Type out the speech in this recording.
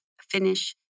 finish